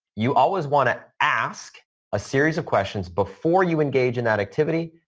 you always want to ask a series of questions before you engage in that activity.